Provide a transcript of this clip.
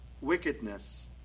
wickedness